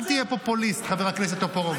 אל תהיה פופוליסט, חבר הכנסת טופורובסקי.